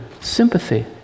sympathy